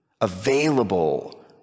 available